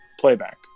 playback